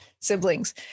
siblings